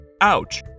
ouch